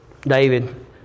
David